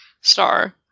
star